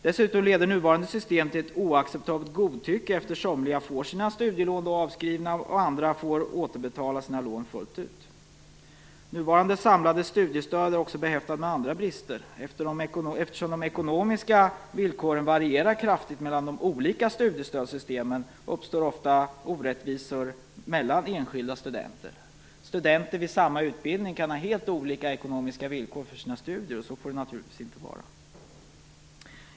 Dessutom leder nuvarande system till ett oacceptabelt godtycke, eftersom somliga får sina studielån avskrivna och andra får återbetala sina lån fullt ut. Nuvarande samlade studiestöd är också behäftat med andra brister. Eftersom de ekonomiska villkoren varierar kraftigt mellan de olika studiestödssystemen uppstår ofta orättvisor mellan enskilda studenter. Studenter vid samma utbildning kan ha helt olika ekonomiska villkor för sina studier. Så får det naturligtvis inte vara.